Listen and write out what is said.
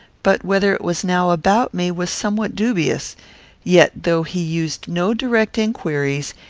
but whether it was now about me was somewhat dubious yet, though he used no direct inquiries,